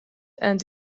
and